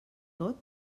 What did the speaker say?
tot